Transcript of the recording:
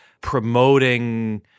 promoting